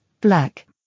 Black